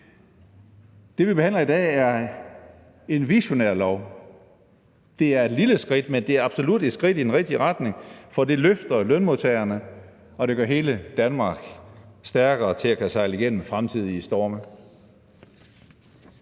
Det, vi behandler i dag, er en visionær lov. Det er et lille skridt, men det er absolut et skridt i den rigtige retning, for det løfter lønmodtagerne, og det gør hele Danmark stærkere i forhold til at kunne sejle igennem fremtidige storme.